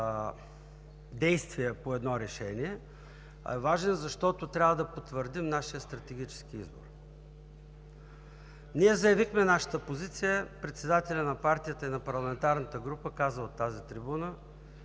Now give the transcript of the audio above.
действия по едно решение, а е важен, защото трябва да потвърдим нашия стратегически избор. Ние заявихме нашата позиция: председателят на партията и на парламентарната група каза от тази трибуна